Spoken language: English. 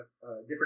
different